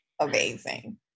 amazing